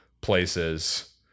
places